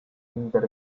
inter